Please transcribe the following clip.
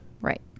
Right